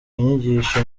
inyigisho